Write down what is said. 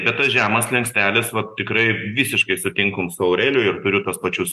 čia tas žemas slenkstelis vat tikrai visiškai sutinkum su aureliu ir turiu tuos pačius